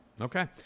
Okay